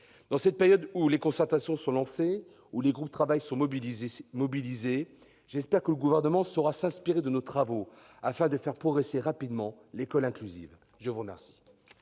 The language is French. pragmatiques. Alors que les concertations sont lancées, que les groupes de travail sont mobilisés, j'espère que le Gouvernement saura s'inspirer de ses travaux, afin de faire progresser rapidement l'école inclusive. La parole